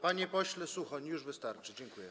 Panie pośle Suchoń, już wystarczy, dziękuję.